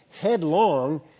headlong